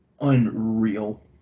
unreal